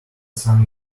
sun